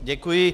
Děkuji.